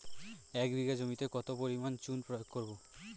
এক বিঘা জমিতে কত পরিমাণ চুন প্রয়োগ করব?